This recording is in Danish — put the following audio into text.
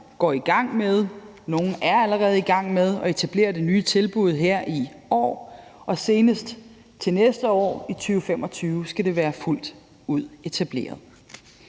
nogle er allerede i gang med at etablere det nye tilbud her i år, og senest til næste år i 2025 skal det være fuldt ud etableret.